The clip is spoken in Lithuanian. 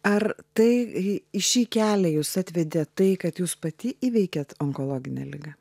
ar tai į šį kelią jus atvedė tai kad jūs pati įveikėt onkologinę ligą